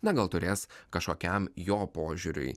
na gal turės kažkokiam jo požiūriui